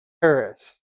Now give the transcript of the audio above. Paris